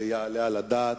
זה יעלה על הדעת?